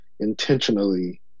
intentionally